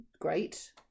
great